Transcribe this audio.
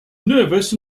nervous